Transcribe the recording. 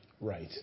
Right